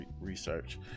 research